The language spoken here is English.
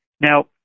Now